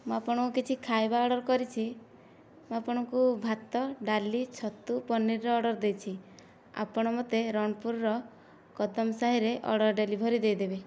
ମୁଁ ଆପଣଙ୍କୁ କିଛି ଖାଇବା ଅର୍ଡ଼ର କରିଛି ମୁଁ ଆପଣଙ୍କୁ ଭାତ ଡାଲି ଛତୁ ପନୀରର୍ ଅର୍ଡ଼ର ଦେଇଛି ଆପଣ ମୋତେ ରଣପୁରର କଦମ ସାହିରେ ଅର୍ଡ଼ର ଡେଲିଭରି ଦେଇଦେବେ